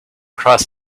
cross